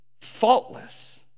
faultless